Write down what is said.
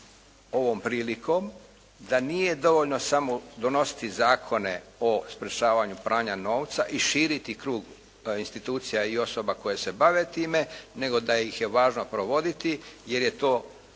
ovom prilikom, da nije dovoljno samo donositi Zakone o sprječavanju pranja novca i širiti krug institucija i osoba koje se bave time nego da ih je važno provoditi jer je to jedino